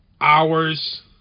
hours